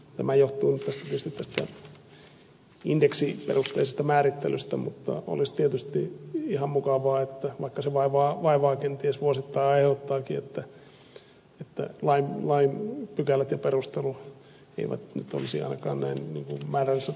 tämä johtuu tietysti nyt tästä indeksiperusteisesta määrittelystä mutta olisi tietysti ihan mukavaa vaikka se vaivaa kenties vuosittain aiheuttaakin että lain pykälät ja perustelu eivät nyt olisi ainakaan määrällisellä tasolla näin keskenään ristiriidassa